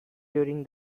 during